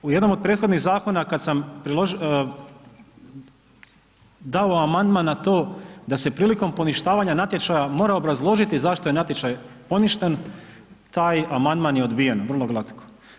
Evo u jednom od prethodnih zakona kad sam dao amandman na to da se prilikom poništavanja natječaja mora obrazložiti zašto je natječaja poništen taj amandman je odbijen, vrlo glatko.